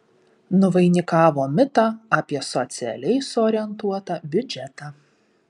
nuvainikavo mitą apie socialiai suorientuotą biudžetą